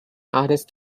artist